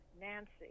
Nancy